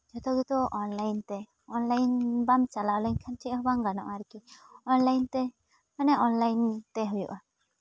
ᱡᱷᱚᱛᱚ ᱜᱮᱛᱚ ᱚᱱᱞᱟᱭᱤᱱ ᱛᱮ ᱚᱱᱞᱟᱭᱤᱱ ᱵᱟᱢ ᱪᱟᱞᱟᱣ ᱞᱮᱱᱠᱷᱟᱱ ᱪᱮᱫ ᱦᱚᱸ ᱵᱟᱝ ᱜᱟᱱᱚᱜᱼᱟ ᱟᱨᱠᱤ ᱚᱱᱞᱟᱭᱤᱱ ᱛᱮ ᱚᱱᱟ ᱚᱱᱞᱟᱭᱤᱱ ᱛᱮ ᱦᱩᱭᱩᱜᱼᱟ